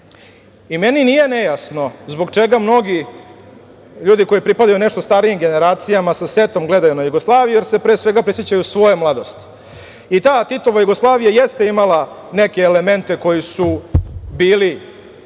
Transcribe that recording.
Meni nije nejasno zbog čega mnogi ljudi koji pripadaju nešto starijim generacijama sa setom gledaju na Jugoslaviju jer se, pre svega prisećaju svoje mladosti. Titova Jugoslavija jeste imala neke elemente koji su bili